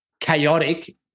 chaotic